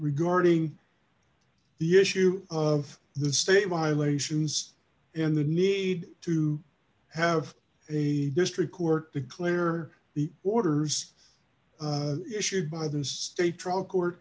regarding the issue of the state violations and the need to have a district court declare the orders issued by the state trial court